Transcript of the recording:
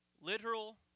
Literal